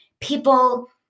people